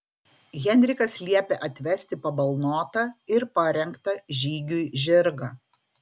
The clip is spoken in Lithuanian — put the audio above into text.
henrikas liepia atvesti pabalnotą ir parengtą žygiui žirgą